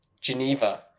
Geneva